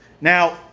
Now